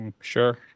Sure